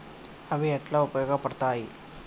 అవి ఎట్లా ఉపయోగ పడతాయి?